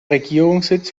regierungssitz